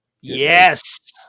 yes